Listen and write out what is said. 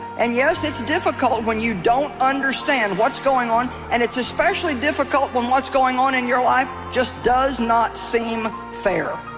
and yes it's difficult when you don't understand what's going on and it's especially difficult when what's going on in your life just does not seem fair